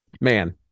man